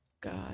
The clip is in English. God